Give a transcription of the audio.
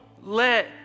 let